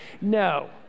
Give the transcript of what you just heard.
No